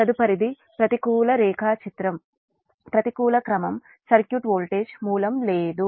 తదుపరిది ప్రతికూల క్రమం సర్క్యూట్ వోల్టేజ్ మూలం లేదు